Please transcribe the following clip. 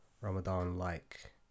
Ramadan-like